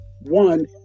one